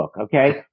Okay